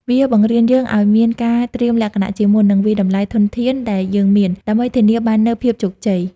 វាបង្រៀនយើងឱ្យមានការត្រៀមលក្ខណៈជាមុន និងវាយតម្លៃធនធានដែលយើងមាន ដើម្បីធានាបាននូវភាពជោគជ័យ។